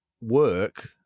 work